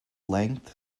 length